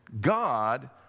God